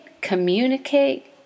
communicate